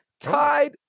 Tied